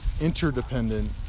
interdependent